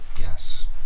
Yes